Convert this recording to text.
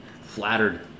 flattered